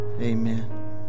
Amen